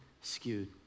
skewed